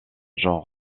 john